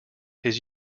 his